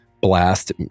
blast